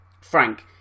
Frank